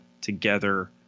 together